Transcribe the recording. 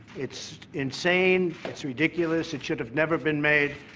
it's insane, it's ridiculous, it should have never been made,